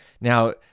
Now